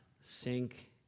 sink